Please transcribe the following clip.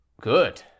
Good